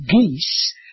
geese